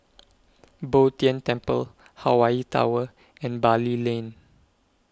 Bo Tien Temple Hawaii Tower and Bali Lane